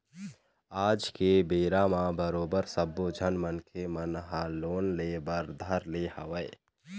आज के बेरा म बरोबर सब्बो झन मनखे मन ह लोन ले बर धर ले हवय